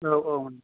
औ औ